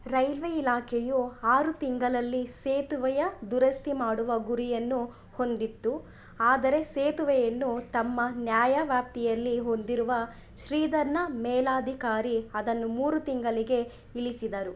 railway ಇಲಾಖೆಯು ಆರು ತಿಂಗಳಲ್ಲಿ ಸೇತುವೆಯ ದುರಸ್ತಿ ಮಾಡುವ ಗುರಿಯನ್ನು ಹೊಂದಿತ್ತು ಆದರೆ ಸೇತುವೆಯನ್ನು ತಮ್ಮ ನ್ಯಾಯವ್ಯಾಪ್ತಿಯಲ್ಲಿ ಹೊಂದಿರುವ ಶ್ರೀಧರ್ನ ಮೇಲಾಧಿಕಾರಿ ಅದನ್ನು ಮೂರು ತಿಂಗಳಿಗೆ ಇಳಿಸಿದರು